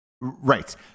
right